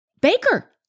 Baker